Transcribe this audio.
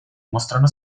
mostrano